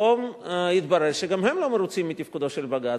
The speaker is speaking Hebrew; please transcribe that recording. פתאום התברר שגם הם לא מרוצים מתפקודו של בג"ץ,